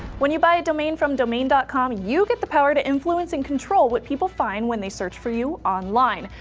when you buy a domain from domain dot com you get the power to influence and control what people find when they search for you online.